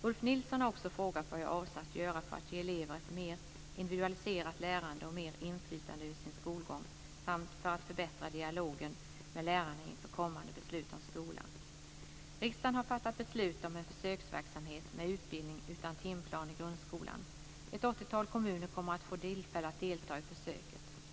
Ulf Nilsson har också frågat vad jag avser att göra för att ge elever ett mer individualiserat lärande och mer inflytande över sin skolgång samt för att förbättra dialogen med lärarna inför kommande beslut om skolan. Ett åttiotal kommuner kommer att få tillfälle att delta i försöket.